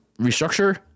restructure